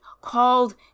called